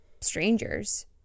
strangers